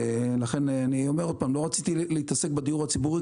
לכן לא רציתי להתעסק בדיור הציבורי,